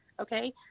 Okay